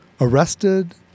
arrested